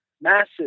massive